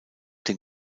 dem